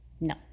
no